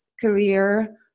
career